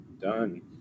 done